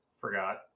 Forgot